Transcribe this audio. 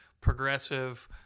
progressive